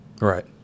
Right